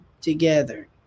together